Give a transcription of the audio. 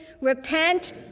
repent